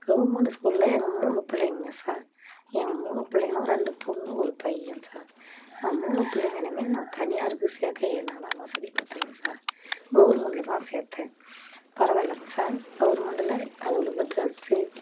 government ஸ்கூலில் எங்கள் மூணு பிள்ளைங்க சார் எங்கள் மூணு பிள்ளைங்களும் ரெண்டு பொண்ணு ஒரு பையன் சார் நான் மூணு பிள்ளைங்களுமே நான் தனியாருக்கு சேர்க்க என்னால் வசதி பத்தலைங்க சார் கவுர்மெண்டில் தான் சேர்த்தேன் பரவாயில்லைங்க சார் கவுர்மெண்டில் அதுவோளுக்கு டிரெஸ்ஸு